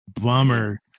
Bummer